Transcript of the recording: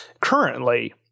currently